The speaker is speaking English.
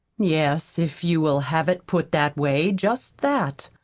yes, if you will have it put that way just that.